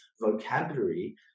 vocabulary